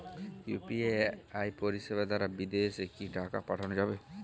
UPI পরিষেবা দারা বিদেশে কি টাকা পাঠানো যাবে?